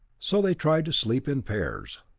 so they tried to sleep in pairs.